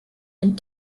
and